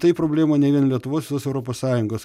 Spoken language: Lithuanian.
tai problema ne vien lietuvos visos europos sąjungos